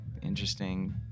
interesting